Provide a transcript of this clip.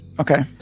okay